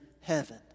heaven